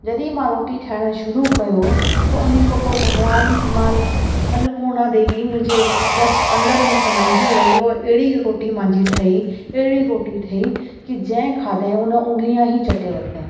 जॾहिं मां रोटी ठाहिणु शुरु कयो त उन खां पोइ भॻवान माल अन्नपूर्णा देवी मुंहिंजे वस अंदरि में समाइजी वई और अहिड़ी रोटी मुंहिंजी ठही अहिड़ी रोटी ठही कि जंहिं खाधे उन उंगलिया ई चटे वठे